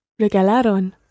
Regalaron